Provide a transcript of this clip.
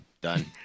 Done